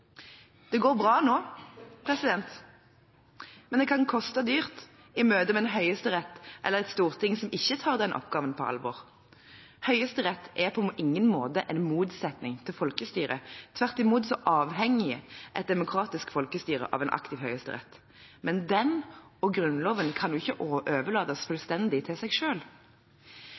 Det går bra nå, men det kan koste dyrt i møte med en høyesterett eller et storting som ikke tar denne oppgaven på alvor. Høyesterett er på ingen måte en motsetning til folkestyret. Tvert imot avhenger et demokratisk folkestyre av en aktiv høyesterett. Men den, og Grunnloven, kan ikke overlates fullstendig til seg